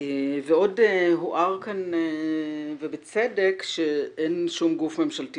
עוד הוער כאן ובצדק שאין שום גוף ממשלתי